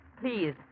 Please